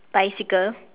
bicycle